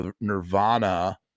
Nirvana